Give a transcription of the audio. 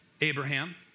Abraham